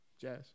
Jazz